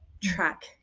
track